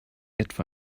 etwa